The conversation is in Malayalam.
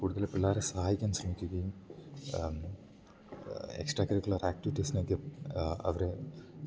കൂട്തല് പിള്ളാരെ സഹായിക്കാൻ ശ്രമിക്കുകയും എക്സ്ട്രാ കരിക്കുലറാക്റ്റീസിനെയൊക്കെ അവര്